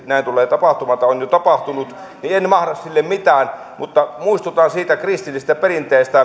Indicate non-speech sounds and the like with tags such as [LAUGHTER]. näin tulee tapahtumaan tai on jo tapahtunut niin en mahda sille mitään mutta muistutan siitä kristillisestä perinteestä [UNINTELLIGIBLE]